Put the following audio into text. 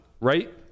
right